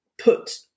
put